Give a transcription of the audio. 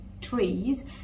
trees